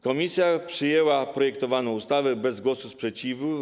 Komisja przyjęła projektowaną ustawę bez głosu sprzeciwu.